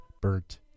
burnt